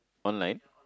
online